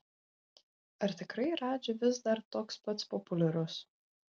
ar tikrai radži vis dar toks pats populiarus